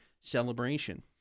celebration